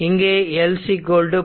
இங்கே L 0